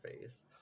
face